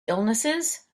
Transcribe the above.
illnesses